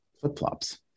flip-flops